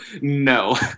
No